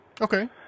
Okay